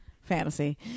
fantasy